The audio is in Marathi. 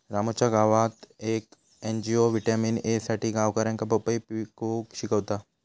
रामूच्या गावात येक एन.जी.ओ व्हिटॅमिन ए साठी गावकऱ्यांका पपई पिकवूक शिकवता